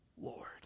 Lord